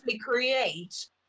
create